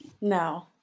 No